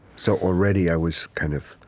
so already i was kind of